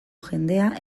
jendea